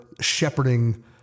shepherding